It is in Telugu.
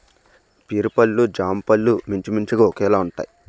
పియర్ పళ్ళు జామపళ్ళు మించుమించుగా ఒకేలాగుంటాయి